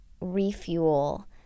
refuel